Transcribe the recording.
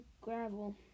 gravel